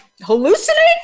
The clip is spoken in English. hallucinating